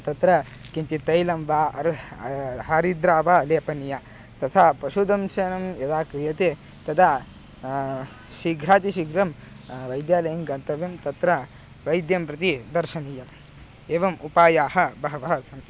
तत्र किञ्चित् तैलं वा अर् हरिद्रा वा लेपनीया तथा पशुदंशनं यदा क्रियते तदा शीघ्रातिशीघ्रं वैद्यालयं गन्तव्यं तत्र वैद्यं प्रति दर्शनीयम् एवम् उपायाः बहवः सन्ति